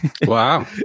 Wow